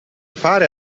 fare